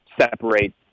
separate